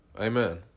Amen